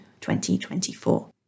2024